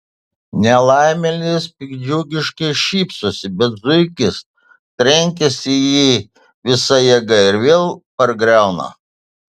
nelaimėlis piktdžiugiškai šypsosi bet zuikis trenkiasi į jį visa jėga ir vėl pargriauna